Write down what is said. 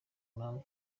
mpamvu